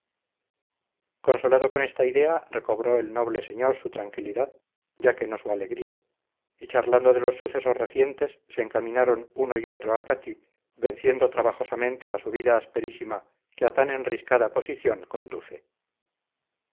consolado con esta idea recobró el noble señor su tranquilidad ya que no su alegría y charlando de los sucesos recientes se encaminaron uno y otro a catí venciendo trabajosamente la subida asperísima que a tan enriscada posición conduce